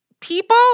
people